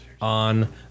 on